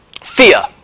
fear